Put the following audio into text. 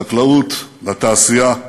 לחקלאות, לתעשייה,